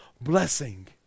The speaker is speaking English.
blessing